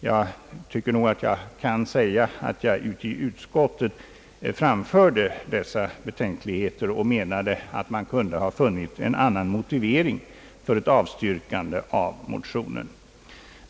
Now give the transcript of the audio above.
Jag anser mig också kunna säga så mycket som att jag även i utskottet framfört dessa betänkligheter och menat att man kunde ha funnit en annan motivering för ett avstyrkande av motionen.